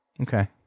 Okay